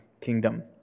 kingdom